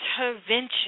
intervention